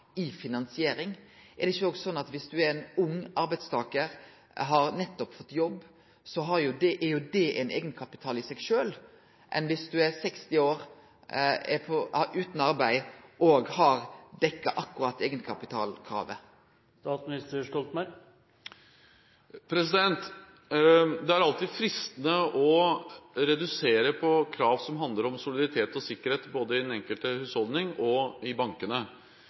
fått jobb, er jo det ein eigenkapital i seg sjølv, samanlikna med om du er 60 år, er utan arbeid og så vidt har dekt eigenkapitalkravet? Det er alltid fristende å redusere på krav som handler om solidaritet og sikkerhet, både i den enkelte husholdning og i bankene.